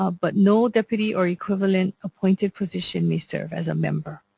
ah but no deputy or equivalent appointed position may serve as a member.